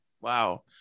Wow